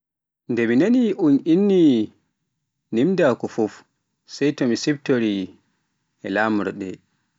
Nde mi nani un ninni ndimnkaaku fuf, sai to mi siftiri laamorde.